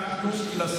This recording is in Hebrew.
סליחה, סליחה, תנו לדבר.